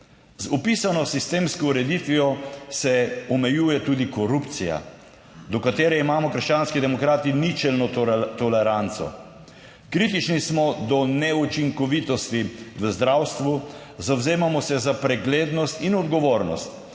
Z opisano sistemsko ureditvijo se omejuje tudi korupcija, do katere imamo Krščanski demokrati ničelno toleranco. Kritični smo do neučinkovitosti v zdravstvu. Zavzemamo se za preglednost in odgovornost